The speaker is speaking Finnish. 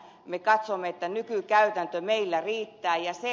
me katsomme että nykykäytäntö meillä riittää